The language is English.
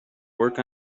work